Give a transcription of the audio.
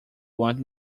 want